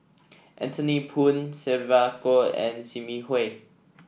Anthony Poon Sylvia Kho and Sim Yi Hui